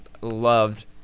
loved